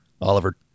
Oliver